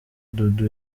dudu